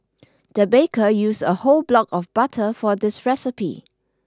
the baker used a whole block of butter for this recipe